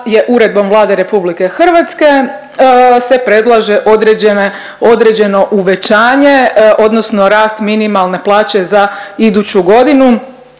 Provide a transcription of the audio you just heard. uredbom Vlade RH se predlaže određeno uvećanje odnosno rast minimalne plaće za iduću godinu,